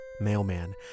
Mailman